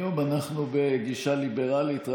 היום אנחנו בגישה ליברלית.